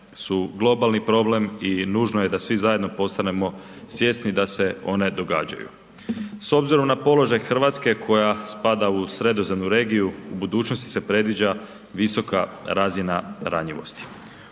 su globalni problem i nužno je da svi zajedno postanemo svjesni da se one događaju. S obzirom na položaj Hrvatske koja spada u sredozemnu regiju u budućnosti se predviđa visoka razina ranjivosti.